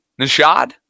Nishad